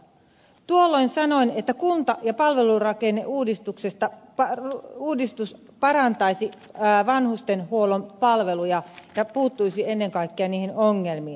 tuolloin sanoin että kunta ja palvelurakenneuudistus parantaisi vanhustenhuollon palveluja ja puuttuisi ennen kaikkea niihin ongelmiin